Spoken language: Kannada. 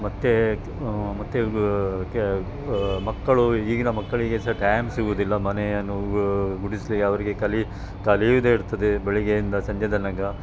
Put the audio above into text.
ಮತ್ತು ಮತ್ತು ಗ್ಯ ಮಕ್ಕಳು ಈಗಿನ ಮಕ್ಕಳಿಗೆ ಸಹ ಟೈಮ್ ಸಿಗುವುದಿಲ್ಲ ಮನೆಯನ್ನು ಗುಡಿಸಲಿಕ್ಕೆ ಅವರಿಗೆ ಕಲಿ ಕಲಿಯುವುದೇ ಇರ್ತದೆ ಬೆಳಗ್ಗೆಯಿಂದ ಸಂಜೆ ತನಕ